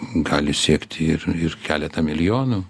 gali siekti ir ir keletą milijonų